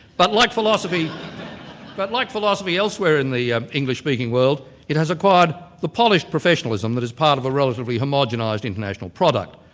but like philosophy but like philosophy elsewhere in the ah english-speaking world, it has acquired the polished professionalism that is part of a relatively homogenised international product.